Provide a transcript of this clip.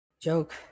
Joke